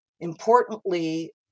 Importantly